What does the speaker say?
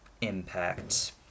impact